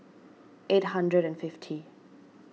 eight hundred and fifty